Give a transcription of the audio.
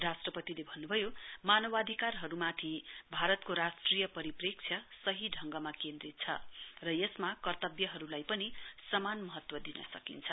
राष्ट्रपतिले भन्नुभयो मानवाधिकारहरूमाथि भारतको राष्ट्रिय परिपेक्ष्य सही ढंगमा केन्द्रित छ र यसमा कर्तव्यहरूलाई पनि समान महत्व दिन सकिन्छ